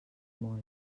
molt